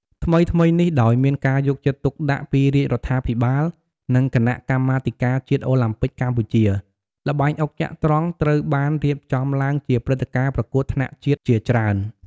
ថ្មីៗនេះ ដោយមានការយកចិត្តទុកដាក់ពីរាជរដ្ឋាភិបាល និងគណៈកម្មាធិការជាតិអូឡាំពិកកម្ពុជា ល្បែងអុកចត្រង្គត្រូវបានរៀបចំឡើងជាព្រឹត្តិការណ៍ប្រកួតថ្នាក់ជាតិជាច្រើន។